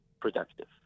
productive